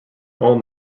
all